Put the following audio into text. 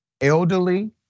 elderly